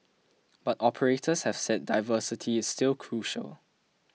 but operators have said diversity is still crucial